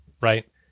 right